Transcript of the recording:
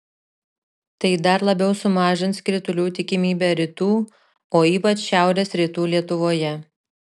tai dar labiau sumažins kritulių tikimybę rytų o ypač šiaurės rytų lietuvoje